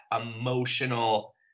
emotional